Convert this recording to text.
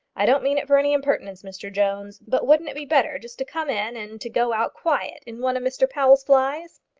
i don't mean it for any impertinence, mr jones but wouldn't it be better just to come in and to go out quiet in one of mr powell's flies?